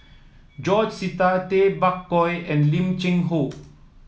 George Sita Tay Bak Koi and Lim Cheng Hoe